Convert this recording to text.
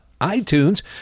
iTunes